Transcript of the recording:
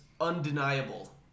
undeniable